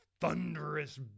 thunderous